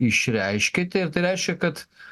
išreiškėt ir tai reiškia kad